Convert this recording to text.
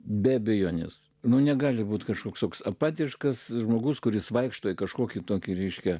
be abejonės nu negali būti kažkoks toks apatiškas žmogus kuris vaikšto į kažkokį tokį ryškią